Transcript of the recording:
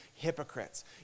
hypocrites